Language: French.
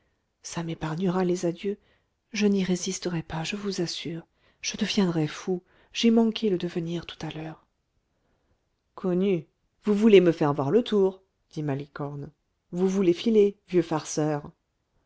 ça m'épargnera les adieux je n'y résisterais pas je vous assure je deviendrais fou j'ai manqué le devenir tout à l'heure connu vous voulez me faire voir le tour dit malicorne vous voulez filer vieux farceur